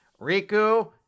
Riku